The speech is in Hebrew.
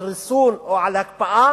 על ריסון או על הקפאה,